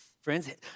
Friends